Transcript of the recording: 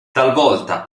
talvolta